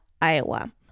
Iowa